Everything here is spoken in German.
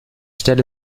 stelle